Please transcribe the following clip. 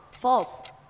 False